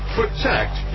protect